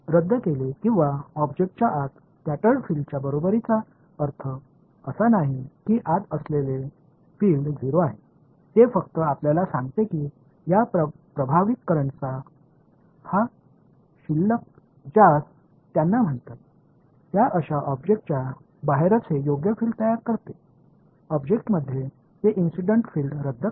रद्द केले किंवा ऑब्जेक्टच्या आत स्कॅटर्ड फिल्डच्या बरोबरीचा अर्थ असा नाही की आत असलेले फील्ड 0 आहे ते फक्त आपल्याला सांगते की या प्रभावित करंटचा हा शिल्लक ज्यास त्यांना म्हणतात त्या अशा ऑब्जेक्टच्या बाहेरच हे योग्य फील्ड तयार करते ऑब्जेक्टमध्ये ते इंसीडन्ट फिल्ड रद्द करते